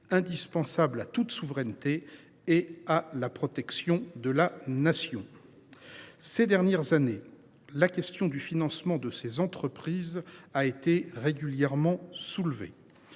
indispensable à toute souveraineté et à la protection de la Nation. Ces dernières années, la question du financement des entreprises de l’industrie de